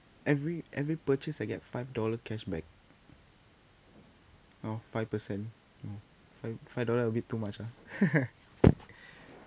every every purchase I get five dollar cashback oh five per cent oh five five dollar a bit too much ah